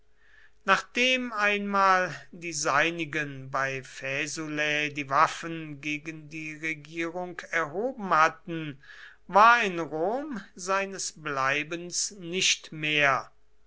nachdem einmal die seinigen bei faesulae die waffen gegen die regierung erhaben hatten war in rom seines bleibens nicht mehr